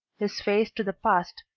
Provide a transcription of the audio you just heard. his face to the past,